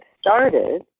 started